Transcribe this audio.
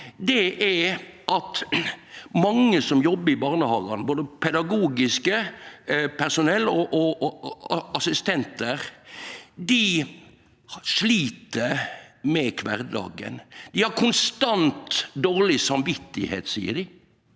er at mange som jobbar i barnehagane, både pedagogisk personell og assistentar, slit med kvardagen. Dei har konstant dårleg samvit, seier dei.